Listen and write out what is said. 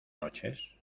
noches